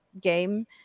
game